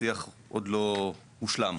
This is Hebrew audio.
השיח עוד לא הושלם.